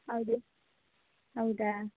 ಹೌದು ಹೌದಾ